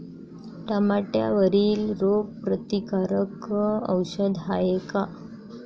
टमाट्यावरील रोग प्रतीकारक औषध हाये का?